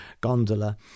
gondola